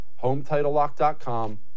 HomeTitleLock.com